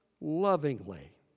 lovingly